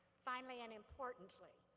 finally and importantly,